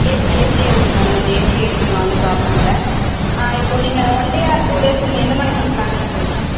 AC ஏசியே இருக்குது ma'am நீங்கள் ஏசி எடுத்துக்கலாம் ஒன்றும் ப்ராப்லம் இல்லை ஆ இப்போது நீங்கள் ஒன் டே ஆர் டூ டேஸ்ஸுன்னு என்ன மாதிரி மேம் ப்லான் பண்ணுறிங்க